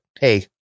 Hey